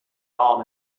all